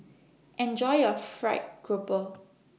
Enjoy your Fried Grouper